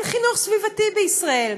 אין חינוך סביבתי בישראל.